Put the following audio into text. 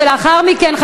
ולאחר מכן,